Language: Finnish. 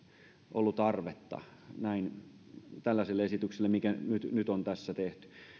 ollut tarvetta tällaiselle esitykselle mikä nyt nyt on tässä tehty